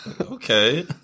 Okay